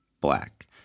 Black